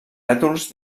rètols